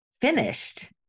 finished